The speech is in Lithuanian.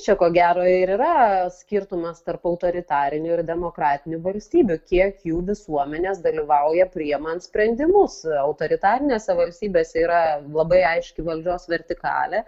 čia ko gero ir yra skirtumas tarp autoritarinių ir demokratinių valstybių kiek jų visuomenės dalyvauja priimant sprendimus autoritarinėse valstybėse yra labai aiški valdžios vertikalė